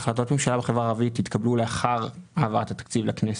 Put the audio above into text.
החלטות הממשלה לגבי החברה הערבית התקבלו לאחר הבאת התקציב לכנסת.